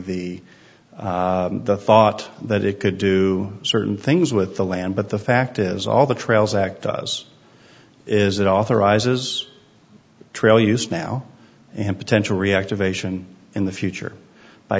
the thought that it could do certain things with the land but the fact is all the trails act does is it authorizes trail use now and potential reactivation in the future by